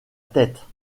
tête